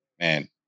man